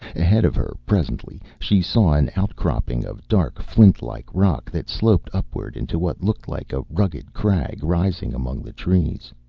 ahead of her, presently, she saw an outcropping of dark, flint-like rock that sloped upward into what looked like a rugged crag rising among the trees.